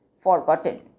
forgotten